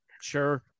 Sure